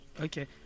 Okay